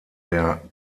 der